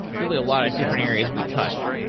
really a lot of different areas we touched.